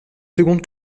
seconde